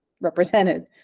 represented